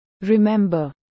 Remember